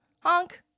Honk